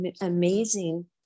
amazing